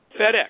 FedEx